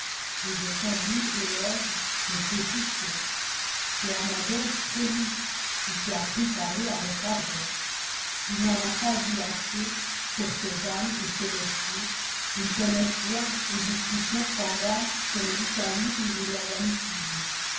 et de son digne élève mr pouchet tu en as donc trop dit si tu as cru parler à notre adresse tu n'en as pas dit assez pour ces dames et ces messieurs qui ne connaissent rien aux discussions pendantes sur le vitalisme et l'organicisme